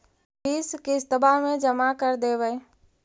बिस किस्तवा मे जमा कर देवै?